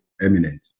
eminent